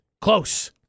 Close